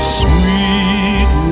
sweet